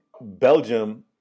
belgium